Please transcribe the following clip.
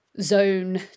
zone